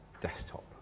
desktop